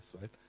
right